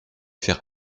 faire